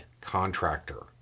contractor